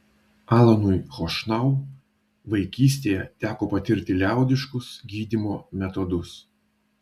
alanui chošnau vaikystėje teko patirti liaudiškus gydymo metodus